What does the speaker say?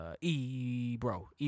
Ebro